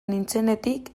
nintzenetik